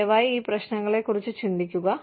ദയവായി ഈ പ്രശ്നങ്ങളെ കുറിച്ച് ചിന്തിക്കുക